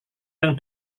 yang